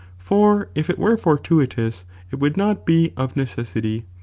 for if it were fortuitous it would not be of necessity.